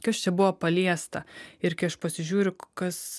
kas čia buvo paliesta ir kai aš pasižiūriu kas